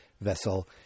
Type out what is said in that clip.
vessel